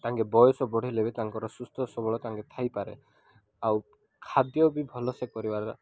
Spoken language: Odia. ତାଙ୍କେ ବୟସ ବଢ଼ିଲେ ବି ତାଙ୍କର ସୁସ୍ଥ ସବଳ ତାଙ୍କେ ଥାଇପାରେ ଆଉ ଖାଦ୍ୟ ବି ଭଲସେ କରିବାର